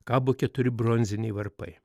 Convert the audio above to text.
kabo keturi bronziniai varpai